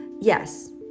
yes